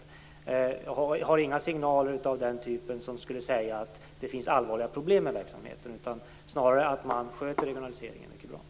Jag har inga signaler som säger att det finns allvarliga problem i verksamheten, snarare att man sköter regionaliseringen mycket bra.